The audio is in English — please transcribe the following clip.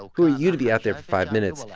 who are you to be out there for five minutes,